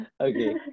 Okay